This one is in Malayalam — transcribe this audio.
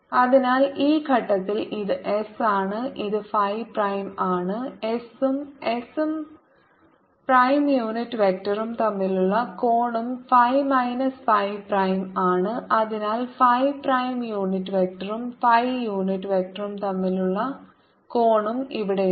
അതിനാൽ ഈ ഘട്ടത്തിൽ ഇത് s ആണ് ഇത് ഫൈ പ്രൈം ആണ് s ഉം s ഉം പ്രൈം യൂണിറ്റ് വെക്ടറും തമ്മിലുള്ള കോണും ഫൈ മൈനസ് ഫൈ പ്രൈം ആണ് അതിനാൽ ഫൈ പ്രൈം യൂണിറ്റ് വെക്ടറും ഫൈ യൂണിറ്റ് വെക്ടറും തമ്മിലുള്ള കോണും ഇവിടെയുണ്ട്